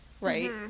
right